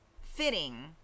fitting